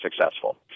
successful